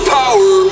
power